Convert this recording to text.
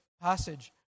passage